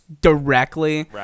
directly